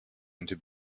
into